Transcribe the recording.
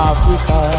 Africa